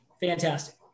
Fantastic